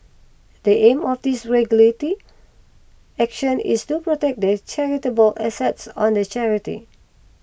the aim of this regulatory action is still protect the charitable assets of the charity